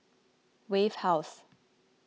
Wave House